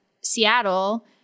Seattle